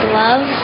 love